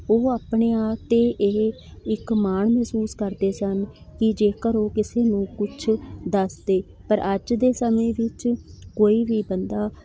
ਉਹ ਆਪਣੇ ਆਪ 'ਤੇ ਇਹ ਇੱਕ ਮਾਣ ਮਹਿਸੂਸ ਕਰਦੇ ਸਨ ਕਿ ਜੇਕਰ ਉਹ ਕਿਸੇ ਨੂੰ ਕੁਛ ਦੱਸਦੇ ਪਰ ਅੱਜ ਦੇ ਸਮੇਂ ਵਿੱਚ ਕੋਈ ਵੀ ਬੰਦਾ